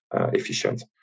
efficient